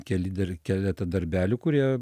keli dar keleta darbelių kurie